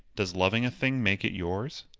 does loving a thing make it yours?